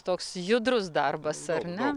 toks judrus darbas ar ne